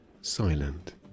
silent